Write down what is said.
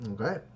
okay